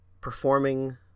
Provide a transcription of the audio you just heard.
performing